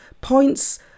points